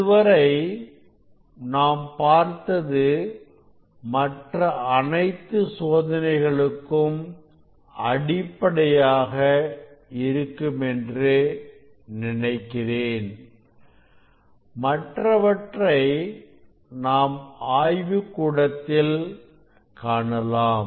இதுவரை நாம் பார்த்தது மற்ற அனைத்து சோதனைகளுக்கும் அடிப்படையாக இருக்கும் என்று நினைக்கிறேன் மற்றவற்றை நாம் ஆய்வுக்கூடத்தில் காணலாம்